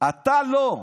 אתה לא.